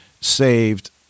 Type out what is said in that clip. saved